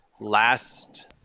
last